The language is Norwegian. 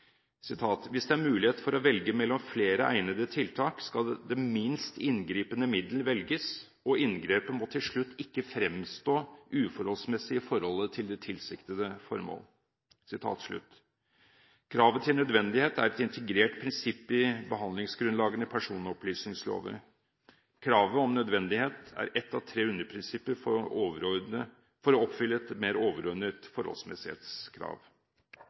mulighet for å velge mellom flere egnede tiltak, skal det minst inngripende middel velges, og inngrepet må til slutt ikke fremstå uforholdsmessig i forholdet til de tilsiktede formål.» Kravet til nødvendighet er et integrert prinsipp i behandlingsgrunnlaget i personopplysningsloven. Kravet om nødvendighet er ett av tre underprinsipper for å oppfylle et mer overordnet forholdsmessighetskrav.